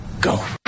go